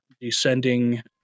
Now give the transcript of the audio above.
descending